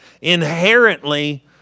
Inherently